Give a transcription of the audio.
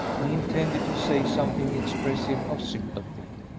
he intended to say something expressive of sympathy,